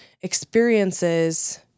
experiences